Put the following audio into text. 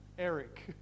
Eric